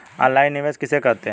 Online निवेश किसे कहते हैं?